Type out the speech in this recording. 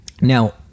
Now